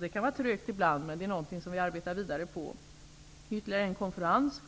Det kan vara trögt ibland, men det är något som vi arbetar vidare på. Ytterligare en konferens,